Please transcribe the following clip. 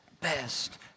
best